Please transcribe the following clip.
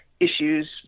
issues